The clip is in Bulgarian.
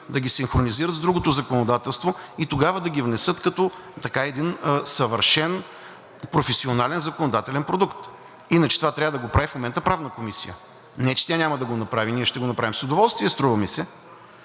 да ги синхронизират с другото законодателство и тогава да ги внесат като един съвършен професионален законодателен продукт. Иначе това трябва да го прави в момента Правната комисия, не че тя няма да го направи, ние ще го направим с удоволствие, струва ми се.